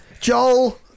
Joel